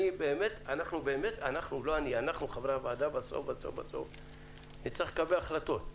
אנחנו חברי הוועדה, בסוף בסוף נצטרך לקבל החלטות,